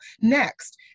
next